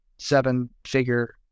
Seven-figure